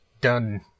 done